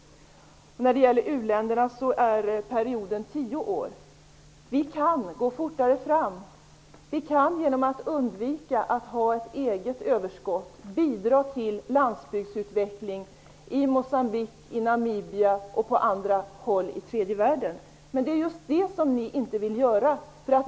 När det gäller uländerna är det fråga om en tioårsperiod. Vi kan gå fortare fram. Genom att undvika ett eget överskott kan vi bidra till en landsbygdsutveckling i Moçambique, i Namibia och på andra håll i tredje världen. Men det är just det som ni inte vill göra.